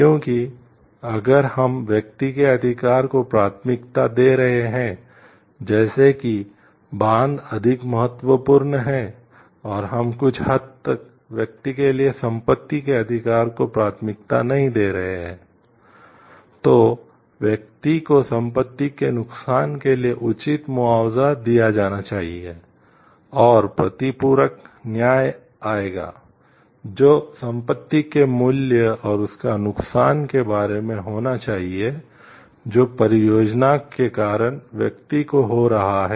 क्योंकि अगर हम व्यक्ति के अधिकार को प्राथमिकता दे रहे हैं जैसे कि बांध अधिक महत्वपूर्ण है और हम कुछ हद तक व्यक्ति के लिए संपत्ति के अधिकार को प्राथमिकता नहीं दे रहे हैं तो व्यक्ति को संपत्ति के नुकसान के लिए उचित मुआवजा दिया जाना चाहिए और प्रतिपूरक न्याय आएगा जो संपत्ति के मूल्य और उस नुकसान के बराबर होना चाहिए जो परियोजना के कारण व्यक्ति को हो रहा है